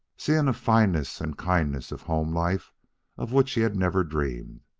seeing a fineness and kindness of home life of which he had never dreamed.